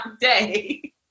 day